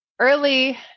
Early